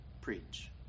preach